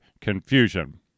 Confusion